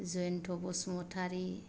Jayanta' Basumatary